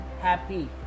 happy